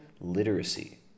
Literacy